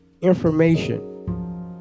information